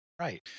Right